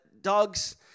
dogs